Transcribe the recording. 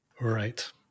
Right